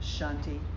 Shanti